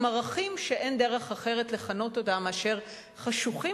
ערכים שאין דרך אחרת לכנות אותם אלא "חשוכים",